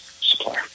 supplier